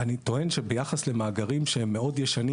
אני טוען שביחס למאגרים שהם מאוד ישנים